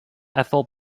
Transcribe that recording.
ethel